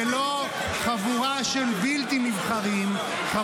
ולא חבורה של בלתי נבחרים -- אבל זו פרשת שופטים,